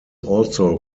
also